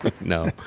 no